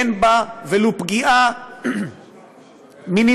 אין בה ולו פגיעה מינימלית